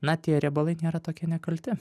na tie riebalai nėra tokie nekalti